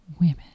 women